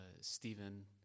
Stephen